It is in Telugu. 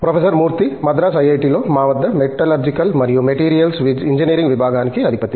ప్రొఫెసర్ మూర్తి మద్రాసు ఐఐటి లో మా వద్ద మెటలర్జికల్ మరియు మెటీరియల్స్ ఇంజనీరింగ్ విభాగానికి అధిపతి